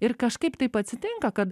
ir kažkaip taip atsitinka kad